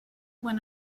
when